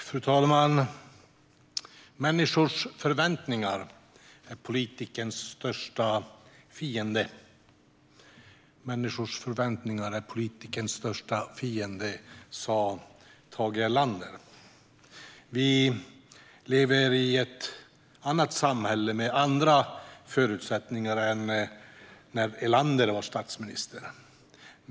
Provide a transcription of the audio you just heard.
Fru talman! Människors förväntningar är politikerns största fiende, sa Tage Erlander. Vi lever i ett annat samhälle, med andra förutsättningar än när Erlander var statsminister.